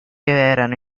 erano